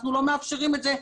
אנחנו לא מאפשרים את זה.